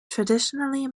traditionally